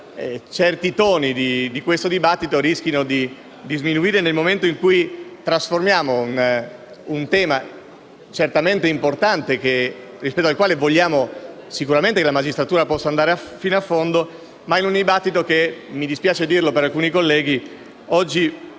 certi toni di questo dibattito rischino di sminuire tale ruolo, nel momento in cui trasformiamo un tema, che è certamente importante e rispetto al quale vogliamo che la magistratura possa andare fino in fondo, in un dibattito che - mi spiace dirlo ad alcuni colleghi- è